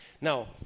Now